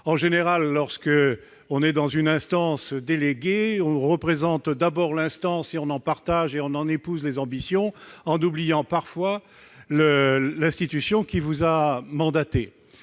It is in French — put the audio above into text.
en général, lorsque l'un d'eux siège dans une instance déléguée, il représente d'abord l'instance, en partage et en épouse les ambitions en oubliant parfois l'institution qui l'a mandaté.